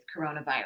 coronavirus